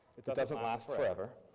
it doesn't last forever.